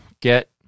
get